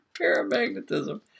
Paramagnetism